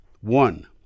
One